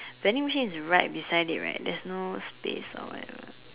vending machine is right beside it right there's no space or whatever